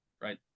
right